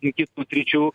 ir kitų sričių